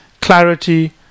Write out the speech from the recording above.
clarity